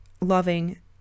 loving